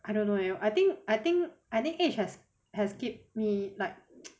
I don't know eh I think I think I think age has has keep me like